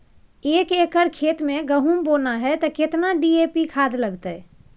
एक एकर खेत मे गहुम बोना है त केतना डी.ए.पी खाद लगतै?